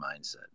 mindset